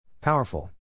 Powerful